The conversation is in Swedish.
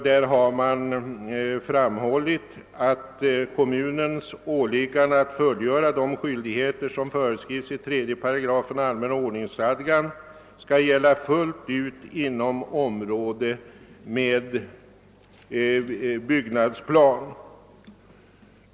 Där har man framhållit, att kommunens åliggande att fullgöra de skyldigheter som föreskrivs i 3 8 allmänna ordningsstadgan borde gälla fullt ut även inom område med :byggnadsplan.